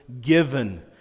given